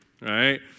Right